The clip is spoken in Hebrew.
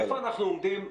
איפה אנחנו עומדים עכשיו?